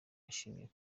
yashimye